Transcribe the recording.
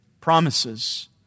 promises